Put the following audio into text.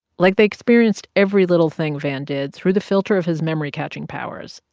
like, they experienced every little thing van did through the filter of his memory catching powers.